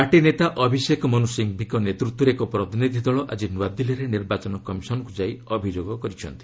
party ନେତା ଅଭିଷେକ ମନୁ ସିଙ୍ଗ୍ବିଙ୍କ ନେତୃତ୍ୱରେ ଏକ ପ୍ରତିନିଧି ଦଳ ଆଜି ନ୍ନଆଦିଲ୍ଲୀରେ ନିର୍ବାଚନ କମିଶନ୍କୁ ଯାଇ ଅଭିଯୋଗ କରିଛନ୍ତି